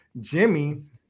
Jimmy